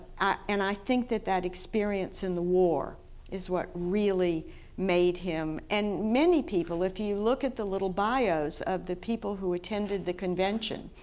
and i think that that experience in the war is what really made him and many people, if you look at the little bios of the people who attended the convention,